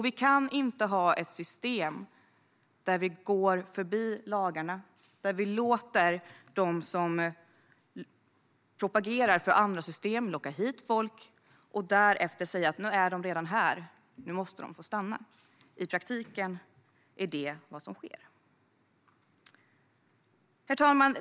Vi kan inte ha ett system där vi går förbi lagarna, låter dem som propagerar för andra system locka hit folk och därefter säga att nu är de redan här och måste få stanna. I praktiken är det vad som sker. Herr talman!